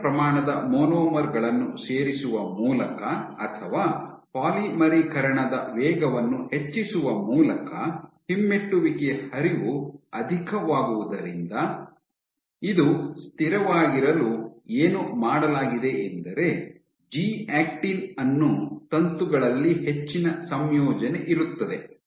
ಹೆಚ್ಚಿನ ಪ್ರಮಾಣದ ಮಾನೋಮರ್ ಗಳನ್ನು ಸೇರಿಸುವ ಮೂಲಕ ಅಥವಾ ಪಾಲಿಮರೀಕರಣದ ವೇಗವನ್ನು ಹೆಚ್ಚಿಸುವ ಮೂಲಕ ಹಿಮ್ಮೆಟ್ಟುವಿಕೆಯ ಹರಿವು ಅಧಿಕವಾಗಿರುವುದರಿಂದ ಇದು ಸ್ಥಿರವಾಗಿರಲು ಏನು ಮಾಡಲಾಗಿದೆಯೆಂದರೆ ಜಿ ಆಕ್ಟಿನ್ ಅನ್ನು ತಂತುಗಳಲ್ಲಿ ಹೆಚ್ಚಿನ ಸಂಯೋಜನೆ ಇರುತ್ತದೆ